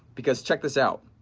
because check this out.